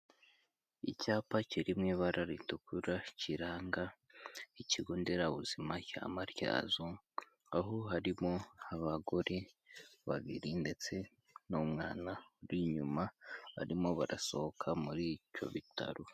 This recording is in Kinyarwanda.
Icyapa kiri mu ibara ritukura kiranga Ikigo nderabuzima cya Matyazo, aho harimo abagore babiri ndetse n'umwana uri inyuma, barimo barasohoka muri ibyo bitaro.